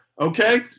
Okay